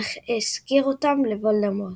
אך הסגיר אותם לוולדמורט.